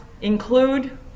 Include